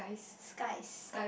skies